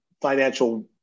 financial